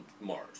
Mars